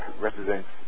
represents